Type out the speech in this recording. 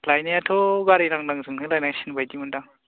लायनायाथ' गारि लानदांजोंनो लायनांसिगोन बादि मोनदां